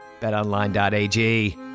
betonline.ag